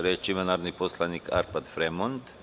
Reč ima narodni poslanik Arpad Fremond.